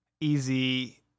easy